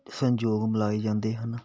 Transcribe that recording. ਸੰਯੋਗ ਮਿਲਾਏ ਜਾਂਦੇ ਹਨ